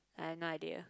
I have no idea